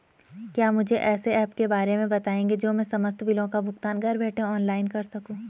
क्या मुझे ऐसे ऐप के बारे में बताएँगे जो मैं समस्त बिलों का भुगतान घर बैठे ऑनलाइन कर सकूँ?